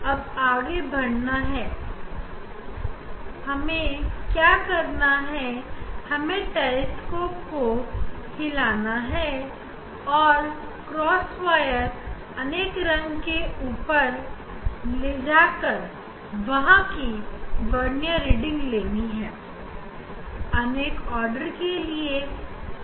अब आगे बढ़ते हुए हमें टेलीस्कोप को हिला कर उसका क्रॉसवायर अनेक आर्डर के अलग अलग रंग पर रख कर वहां से वरनियर की की रीडिंग को नोट करना है